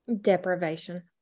Deprivation